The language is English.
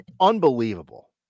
unbelievable